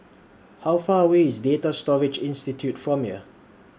How Far away IS Data Storage Institute from here